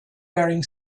bearing